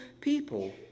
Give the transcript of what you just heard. people